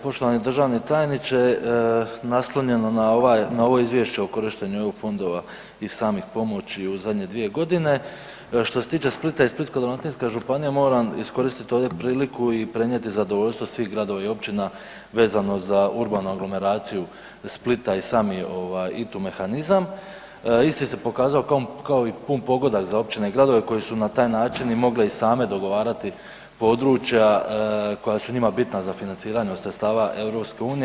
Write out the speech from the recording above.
Poštovani državni tajniče, naslonjeno na ovo izvješće o korištenju EU fondova i samu pomoć i u zadnje 2.g., što se tiče Splita i Splitsko-dalmatinske županije moram iskoristit ovdje priliku i prenijeti zadovoljstvo svih gradova i općina vezano za urbanu aglomeraciju Splita i sami ovaj ITU mehanizam, isti se pokazao kao i pun pogodak za općine i gradove koji su na taj način i mogle i same dogovarati područja koja su njima bitna za financiranje od sredstava EU.